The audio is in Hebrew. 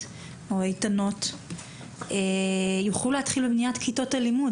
או איתנות יוכלו להתחיל בבניית כיתות הלימוד,